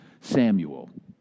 Samuel